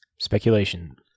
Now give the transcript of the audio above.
speculation